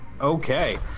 Okay